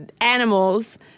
animals